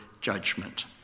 judgment